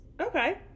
Okay